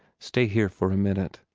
stay here for a minute.